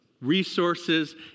resources